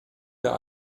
wir